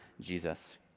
Jesus